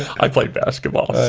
i played basketball,